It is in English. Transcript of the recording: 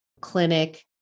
clinic